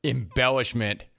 Embellishment